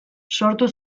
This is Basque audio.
sortu